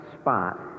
spot